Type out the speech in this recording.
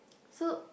so